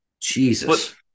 Jesus